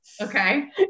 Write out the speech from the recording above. Okay